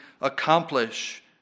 accomplish